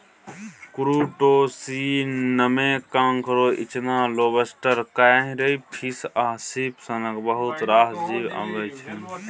क्रुटोशियनमे कांकोर, इचना, lobster, crayfish आ श्रिंप सनक बहुत रास जीब अबै छै